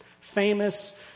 famous